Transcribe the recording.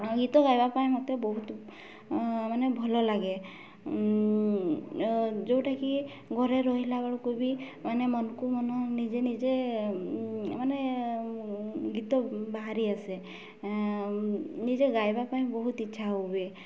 ଗୀତ ଗାଇବା ପାଇଁ ମୋତେ ବହୁତ ମାନେ ଭଲ ଲାଗେ ଯୋଉଟାକି ଘରେ ରହିଲା ବେଳକୁ ବି ମାନେ ମନକୁ ମନ ନିଜେ ନିଜେ ମାନେ ଗୀତ ବାହାରି ଆସେ ନିଜେ ଗାଇବା ପାଇଁ ବହୁତ ଇଚ୍ଛା ହୁଏ